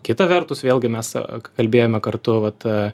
kita vertus vėlgi mes aa kalbėjome kartu vat a